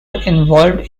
involved